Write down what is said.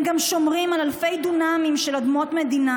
הם גם שומרים על אלפי דונמים של אדמות מדינה,